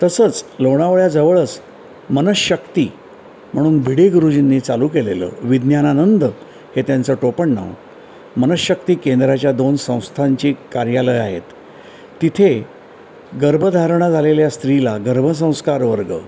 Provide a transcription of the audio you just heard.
तसंच लोणावळ्याजवळच मन शक्ती म्हणून भिडे गुरुजींनी चालू केलेलं विज्ञानानंद हे त्यांचं टोपण नाव मन शक्ती केंद्राच्या दोन संस्थांची कार्यालय आहेत तिथे गर्भधारणा झालेल्या स्त्रीला गर्भसंस्कार वर्ग